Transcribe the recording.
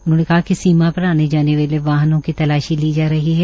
उन्होंने कहा कि सीमा पर आने जाने वाले वाहनों की तलाशी ली जा रही है